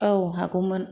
औ हागौमोन